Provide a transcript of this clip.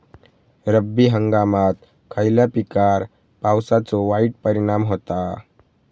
रब्बी हंगामात खयल्या पिकार पावसाचो वाईट परिणाम होता?